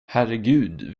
herregud